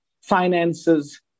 finances